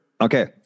Okay